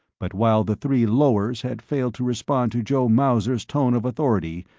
but while the three lowers had failed to respond to joe mauser's tone of authority,